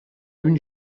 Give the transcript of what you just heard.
une